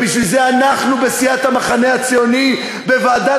ובשביל זה אנחנו בסיעת המחנה הציוני בוועדת